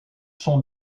sont